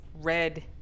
red